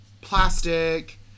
plastic